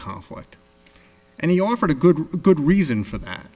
conflict and he offered a good good reason for that